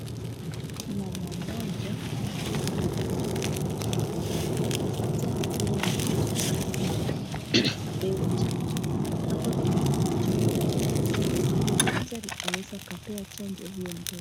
Mama mmoja ambaye amekuja na mtoto wake pale hospitali ili mtoto apewe, apewe chanjo. Hapa ameweka mtoto wake katika kitanda ili daktari aweze akampa chanjo huyo mtoto.